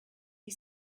you